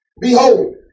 Behold